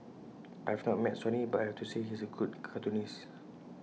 I have not met Sonny but I have to say he is A good cartoonist